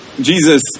Jesus